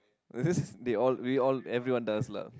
they all we all everyone does lah